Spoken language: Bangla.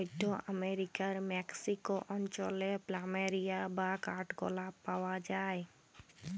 মধ্য আমরিকার মেক্সিক অঞ্চলে প্ল্যামেরিয়া বা কাঠগলাপ পাওয়া যায়